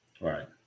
Right